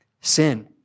sin